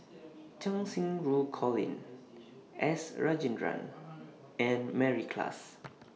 Cheng Xinru Colin S Rajendran and Mary Klass